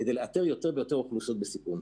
כדי לאתר יותר ויותר אוכלוסיות בסיכון.